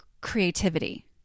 creativity